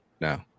No